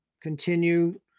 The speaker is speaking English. continue